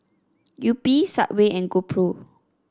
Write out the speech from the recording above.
Yupi Subway and GoPro